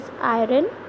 iron